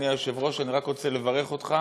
אדוני היושב-ראש, אני רק רוצה לברך אותך